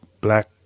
Black